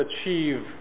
achieve